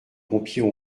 pompiers